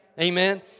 Amen